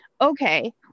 okay